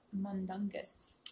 Mundungus